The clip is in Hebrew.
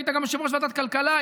היית גם יושב-ראש ועדת הכלכלה,